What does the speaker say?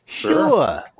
Sure